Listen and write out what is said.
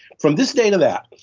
from this day to that.